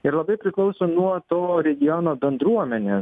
ir labai priklauso nuo to regiono bendruomenės